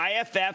IFF